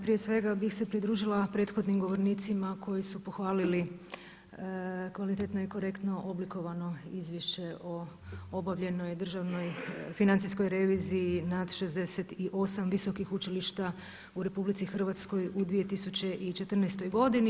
Prije svega bih se pridružila prethodnim govornicima koji su pohvalili kvalitetno i korektno oblikovano Izvješće o obavljenoj financijskoj reviziji nad 68 visokih učilišta u RH u 2014. godini.